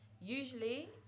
usually